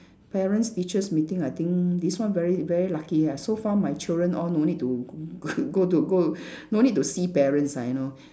parents teachers meeting I think this one very very lucky ya so far my children all no need to g~ go to go no need to see parents ah you know